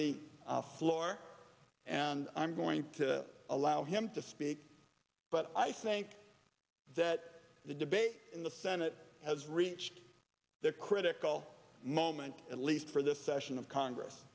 the floor and i'm going to allow him to speak but i think that the debate in the senate has reached the critical moment at least for this session of congress